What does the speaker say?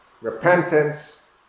Repentance